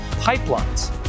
pipelines